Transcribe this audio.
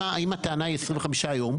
אם הטענה היא 25 יום,